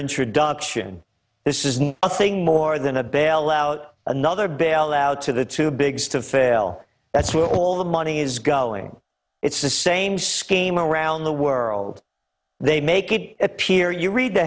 introduction this isn't a thing more than a bailout another bailout to the too big to fail that's where all the money is going it's the same scheme around the world they make it appear you read the